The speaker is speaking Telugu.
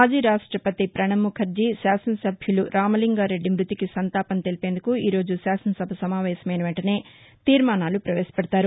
మాజీ రాష్టపతి ప్రపణబ్ ముఖర్జీ శాసన సభ్యులు రామలింగా రెడ్డి మృతికి సంతాపం తెలిపేందుకు ఈరోజు శాసన సభ సమావేశమైన వెంటనే తీర్మానాలు ప్రవేశపెడతారు